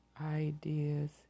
ideas